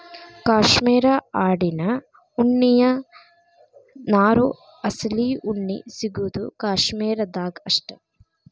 cashmere ಆಡಿನ ಉಣ್ಣಿಯ ನಾರು ಅಸಲಿ ಉಣ್ಣಿ ಸಿಗುದು ಕಾಶ್ಮೇರ ದಾಗ ಅಷ್ಟ